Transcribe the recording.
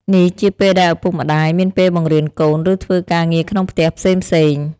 នេះជាពេលដែលឪពុកម្ដាយមានពេលបង្រៀនកូន ឬធ្វើការងារក្នុងផ្ទះផ្សេងៗ។